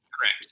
Correct